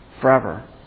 forever